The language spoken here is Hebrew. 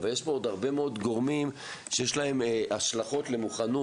אבל יש פה עוד הרבה מאוד גורמים שיש להם השלכות למוכנות.